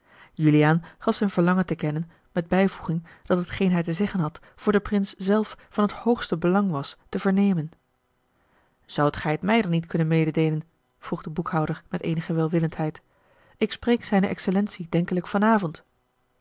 juliaan gaf zijn verlangen te kennen met bijvoeging dat hetgeen hij te zeggen had voor den prins zelf van het hoogste belang was te vernemen zoudt gij het mij dan niet kunnen mededeelen vroeg de boekhouder met eenige welwillendheid ik spreek zijne excellentie denkelijk van